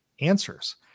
answers